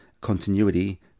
continuity